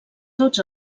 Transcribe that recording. tots